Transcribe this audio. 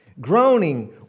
groaning